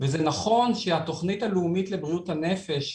וזה נכון שהתוכנית הלאומית לבריאות הנפש,